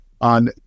on